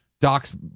Doc's